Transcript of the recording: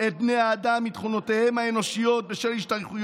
את בני האדם מתכונותיהם האנושיות בשל השתייכות